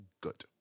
good